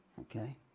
okay